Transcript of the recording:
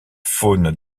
faune